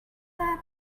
lab